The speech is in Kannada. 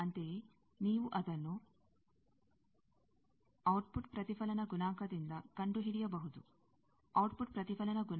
ಅಂತೆಯೇ ನೀವು ಅದನ್ನು ಔಟ್ಪುಟ್ ಪ್ರತಿಫಲನ ಗುಣಾಂಕದಿಂದ ಕಂಡುಹಿಡಿಯಬಹುದು ಔಟ್ಪುಟ್ ಪ್ರತಿಫಲನ ಗುಣಾಂಕವು ಈ ಆಗಿರುತ್ತದೆ